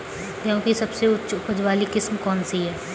गेहूँ की सबसे उच्च उपज बाली किस्म कौनसी है?